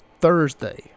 Thursday